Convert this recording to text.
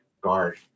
guard